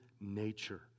nature